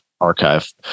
archive